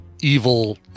evil